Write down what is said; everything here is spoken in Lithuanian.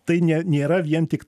tai ne nėra vien tik